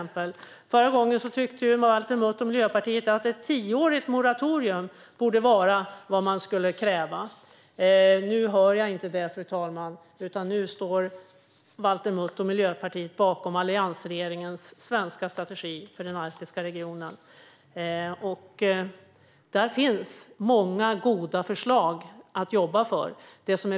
Förra gången tyckte Valter Mutt och Miljöpartiet att man borde kräva ett tioårigt moratorium. Nu hör jag inte det, fru talman. Nu står Valter Mutt och Miljöpartiet bakom alliansregeringens svenska strategi för den arktiska regionen. Det finns många goda förslag i strategin att jobba för.